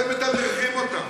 אתם מתדרכים אותם.